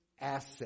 asset